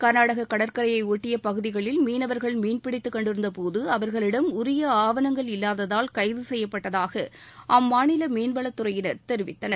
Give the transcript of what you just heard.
கர்நாடக கடற்கரையை ஒட்டிய பகுதிகளில் மீனவர்கள் மீன்பிடித்துக் கொண்டிருந்தபோது அவர்களிடம் உரிய ஆவணங்கள் இல்லாததால் கைது செய்யப்பட்டதாக அம்மாநில மீன்வளத்துறையினர் தெரிவித்தனர்